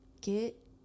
get